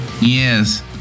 Yes